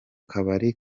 kabari